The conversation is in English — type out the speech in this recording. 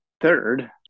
Third